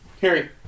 Harry